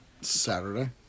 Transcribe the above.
Saturday